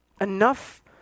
Enough